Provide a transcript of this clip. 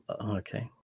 Okay